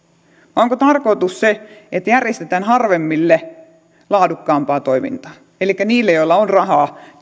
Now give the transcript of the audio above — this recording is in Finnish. vai onko tarkoitus se että järjestetään harvemmille laadukkaampaa toimintaa elikkä niille joilla on rahaa